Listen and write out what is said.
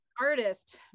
artist